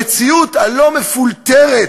המציאות הלא-מפולטרת,